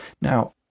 Now